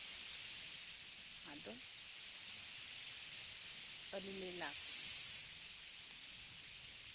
ᱟᱫᱚ ᱟᱞᱩ ᱞᱮ ᱞᱟ ᱠᱮᱫ ᱜᱮ